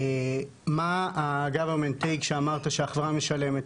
מה --- שהחברה משלמת.